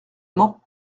mans